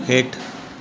हेठि